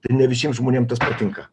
ir ne visiems žmonėm tas patinka